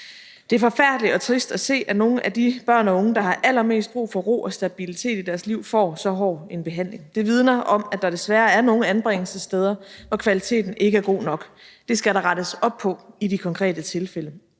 Det er forfærdeligt og trist at se, at nogle af de børn og unge, der har allermest brug for ro og stabilitet i deres liv, får så hård en behandling. Det vidner om, at der desværre er nogle anbringelsessteder, hvor kvaliteten ikke er god nok. Det skal der rettes op på i de konkrete tilfælde.